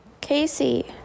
Casey